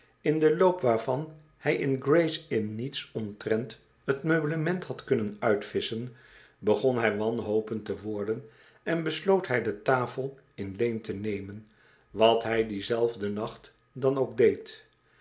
in den loop waarvan hij in gray's inn niets omtrent t meublement had kunnen uitvisschen begon hij wanhopend te worden en besloot hij de tafel in leen te nemen wat hij dienzelfden nacht dan ook deed